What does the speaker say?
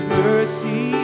mercy